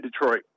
Detroit